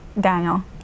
Daniel